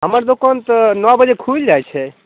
हमर दोकान तऽ नओ बजे खुलि जाइ छै